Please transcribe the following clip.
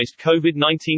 COVID-19